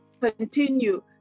continue